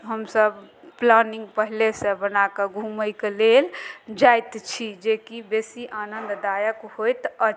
हमसभ प्लानिंग पहिलेसँ बना कऽ घूमयके लेल जाइत छी जेकि बेसी आनन्ददायक होइत अ